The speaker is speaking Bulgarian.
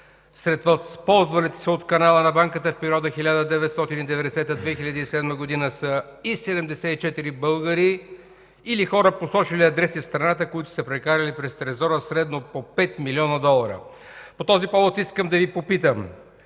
Сред възползвалите се от канала на банката в периода 1990 – 2007 г. са и 74 българи, или хора, посочили адреси в страната, които са прекарали през трезора средно по 5 млн. долара. По този повод искам да Ви припомня,